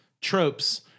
tropes